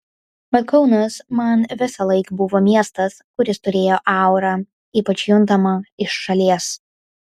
bet kaunas man visąlaik buvo miestas kuris turėjo aurą ypač juntamą iš šalies